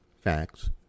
facts